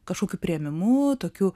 kažkokiu priėmimu tokiu